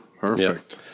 Perfect